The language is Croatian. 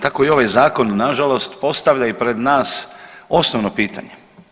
Tako i ovaj zakon nažalost postavlja i pred nas osnovno pitanje.